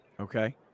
Okay